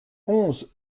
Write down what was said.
onze